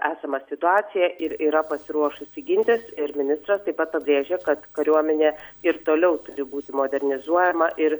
esamą situaciją ir yra pasiruošusi gintis ir ministras taip pat pabrėžia kad kariuomenė ir toliau turi būti modernizuojama ir